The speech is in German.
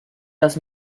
das